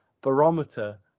barometer